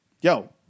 yo